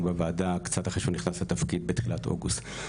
בוועדה קצת אחרי שהוא נכנס לתפקיד בתחילת אוגוסט.